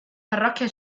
parrocchia